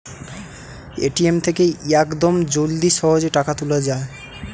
ATM থেকে ইয়াকদম জলদি সহজে টাকা তুলে যায়